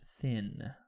thin